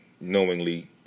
knowingly